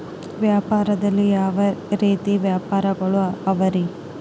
ವ್ಯಾಪಾರದಲ್ಲಿ ಯಾವ ರೇತಿ ವ್ಯಾಪಾರಗಳು ಅವರಿ?